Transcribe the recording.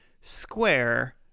Square